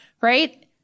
right